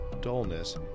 dullness